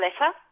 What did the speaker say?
letter